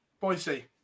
Boise